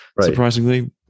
surprisingly